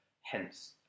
hence